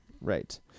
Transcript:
Right